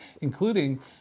including